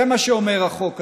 זה מה שאומר החוק הזה,